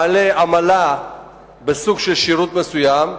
מעלה עמלה בסוג של שירות מסוים,